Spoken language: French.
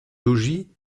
logis